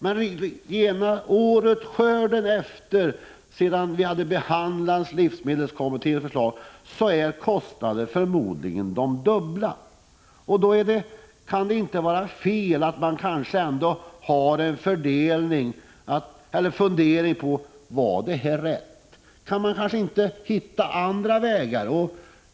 Men för skörden efter det vi behandlat livsmedelskommitténs förslag är kostnaderna förmodligen dubbelt så höga. Då kan det inte vara fel att man kanske ändå funderar på om beslutet var riktigt och om man inte borde hitta andra vägar.